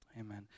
Amen